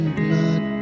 blood